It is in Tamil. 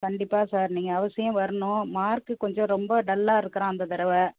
கண்டிப்பாக சார் நீங்கள் அவசியம் வரணும் மார்க்கு கொஞ்சம் ரொம்ப டல்லாக இருக்கிறான் இந்த தடவை